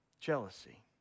jealousy